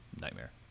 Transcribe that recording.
nightmare